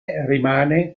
rimane